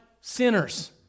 sinners